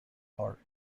park